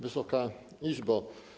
Wysoka Izbo!